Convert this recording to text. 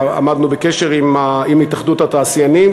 עמדנו בקשר עם התאחדות התעשיינים,